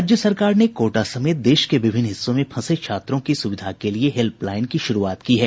राज्य सरकार ने कोटा समेत देश के विभिन्न हिस्सों में फंसे छात्रों की सुविधा के लिये एक हेल्पलाईन की शुरूआत की है